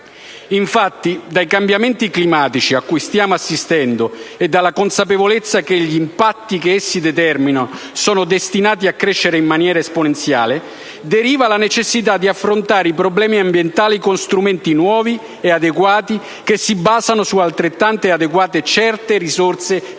Infatti, dai cambiamenti climatici a cui stiamo assistendo e dalla consapevolezza che gli impatti che essi determinano sono destinati a crescere in maniera esponenziale deriva la necessità di affrontare i problemi ambientali con strumenti nuovi e adeguati che si basano su altrettanto adeguate e certe risorse economiche.